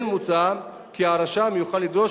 כן מוצע כי הרשם יוכל לדרוש